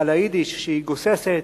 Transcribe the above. על היידיש שהיא גוססת.